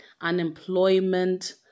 unemployment